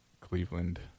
Cleveland